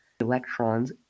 electrons